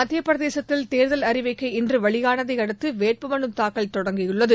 மத்தியப்பிரதேசத்தில் தேர்தல் அறிவிக்கை இன்று வெளியானதை அடுத்து வேட்பு மனுத்தாக்கல் தொடங்கியுள்ளகு